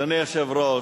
אדוני היושב-ראש,